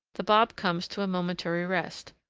the bob comes to a momentary rest.